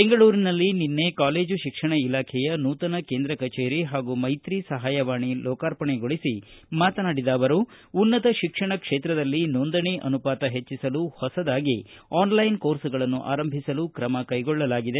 ಬೆಂಗಳೂರಿನಲ್ಲಿ ನಿನ್ನೆ ಕಾಲೇಜು ಶಿಕ್ಷಣ ಇಲಾಖೆಯ ನೂತನ ಕೇಂದ್ರ ಕಚೇರಿ ಹಾಗೂ ಮೈತ್ರಿ ಸಹಾಯವಾಣಿ ಲೋಕಾರ್ಪಣೆಗೊಳಿಸಿ ಮಾತನಾಡಿದ ಅವರು ಉನ್ನತ ಶಿಕ್ಷಣ ಕ್ಷೇತ್ರದಲ್ಲಿ ನೋಂದಣಿ ಅನುಪಾತ ಹೆಚ್ಚಸಲು ಹೊಸದಾಗಿ ಆನ್ಲೈನ್ ಕೋರ್ಸ್ಗಳನ್ನು ಆರಂಭಿಸಲು ಕ್ರಮ ಕೈಗೊಳ್ಳಲಾಗಿದೆ